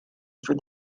for